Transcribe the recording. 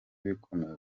bikomeye